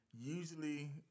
usually